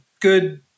good